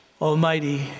Almighty